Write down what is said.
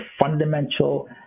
fundamental